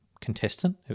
contestant